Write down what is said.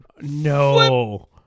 No